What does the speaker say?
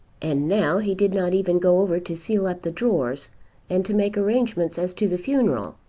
and now he did not even go over to seal up the drawers and to make arrangements as to the funeral.